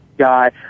guy